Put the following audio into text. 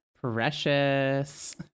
precious